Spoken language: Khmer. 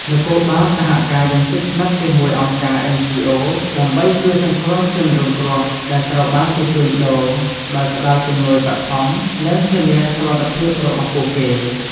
នគរបាលសហការយ៉ាងជិតស្និទ្ធជាមួយអង្គការ អិន ជី អូ ដើម្បីជួយសង្គ្រោះជនរងគ្រោះដែលត្រូវបានគេជួញដូរ ដោយផ្តល់ជំនួយបឋម និងធានាសុវត្ថិភាពរបស់ពួកគេ។